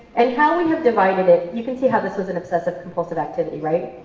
and how we have divided it, you can see how this was an obsessive-compulsive activity, right?